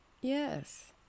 Yes